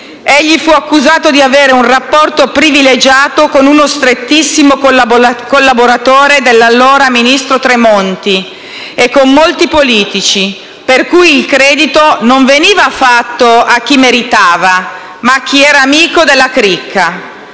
Egli fu accusato di avere un rapporto privilegiato con uno strettissimo collaboratore dell'allora ministro Tremonti e con molti politici, per cui il credito non veniva fatto a chi meritava, ma a chi era amico della cricca.